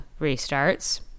restarts